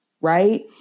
Right